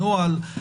נוהל,